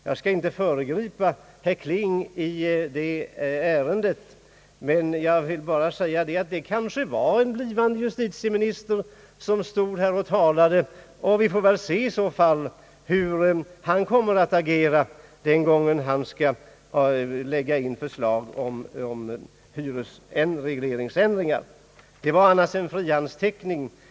Jag skall inte föregripa herr Kling, men jag vill ändå säga att det kanske var en blivande justitieminister som stod här och talade, och vi får väl i så fall se hur han kommer att agera den gång han skall framlägga förslag om ändringar i hyresregleringen. Det var annars en frihandsteckning.